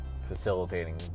facilitating